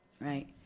right